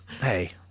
Hey